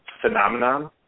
phenomenon